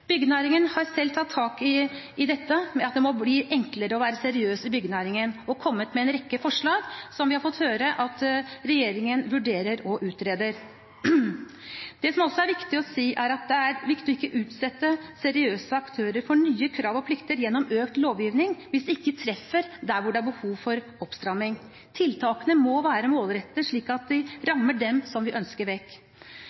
har selv tatt tak i at det må bli enklere å være seriøs i byggenæringen, og kommet med en rekke forslag som vi har fått høre at regjeringen vurderer og utreder. Det som også er viktig å si, er at det er viktig ikke å utsette seriøse aktører for nye krav og plikter gjennom økt lovgivning hvis ikke det treffer der hvor det er behov for oppstramming. Tiltakene må være målrettede, slik at de